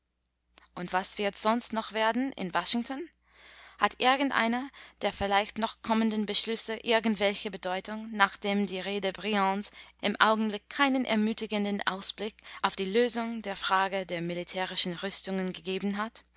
und was wird sonst noch werden in washington hat irgendeiner der vielleicht noch kommenden beschlüsse irgendwelche bedeutung nachdem die rede briands im augenblick keinen ermutigenden ausblick auf die lösung der frage der militärischen rüstungen gegeben hat